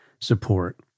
support